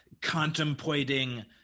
contemplating